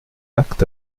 actes